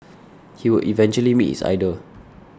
he would eventually meet his idol